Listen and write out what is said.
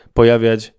pojawiać